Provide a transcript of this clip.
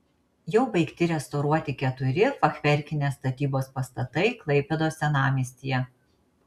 jau baigti restauruoti keturi fachverkinės statybos pastatai klaipėdos senamiestyje